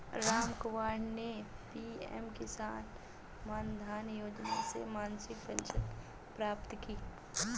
रामकुमार ने पी.एम किसान मानधन योजना से मासिक पेंशन प्राप्त की